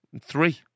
Three